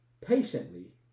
patiently